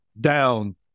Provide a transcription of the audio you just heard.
down